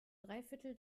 dreiviertel